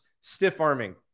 stiff-arming